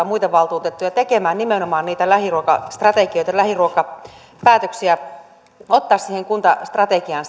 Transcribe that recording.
muita valtuutettuja tekemään nimenomaan niitä lähiruokastrategioita lähiruokapäätöksiä ottamaan siihen kuntastrategiaan